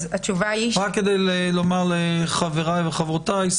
אני רק אומר לחבריי וחברותיי,